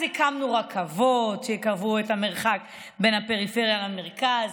אז הקמנו רכבות שיקצרו את המרחק בין הפריפריה למרכז,